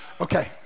Okay